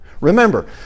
Remember